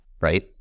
right